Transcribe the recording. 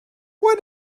what